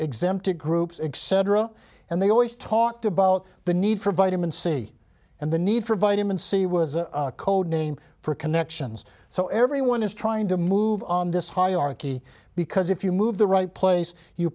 exempted groups etc and they always talked about the need for vitamin c and the need for vitamin c was a code name for connections so everyone is trying to move on this hierarchy because if you move the right place you